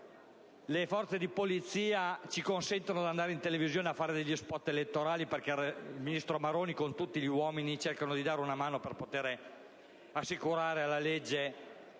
le forze di polizia ci consentano di andare in televisione a fare degli *spot* elettorali, perché il ministro Maroni e tutti gli uomini cercano di dare il massimo per assicurare alle